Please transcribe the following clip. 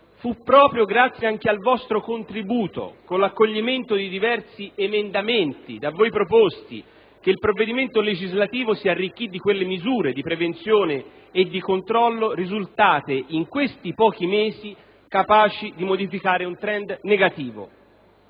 Fu proprio grazie al vostro contributo, con l'accoglimento di diversi emendamenti da voi proposti, che il provvedimento legislativo si arricchì di quelle misure di prevenzione e di controllo risultate, in questi pochi mesi, capaci di modificare un *trend* negativo.